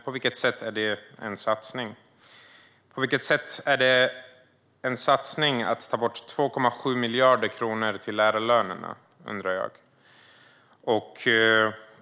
På vilket sätt är det en satsning? På vilket sätt är det en satsning att ta bort 2,7 miljarder kronor från lärarlönerna?